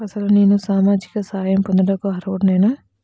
అసలు నేను సామాజిక సహాయం పొందుటకు అర్హుడనేన?